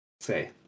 say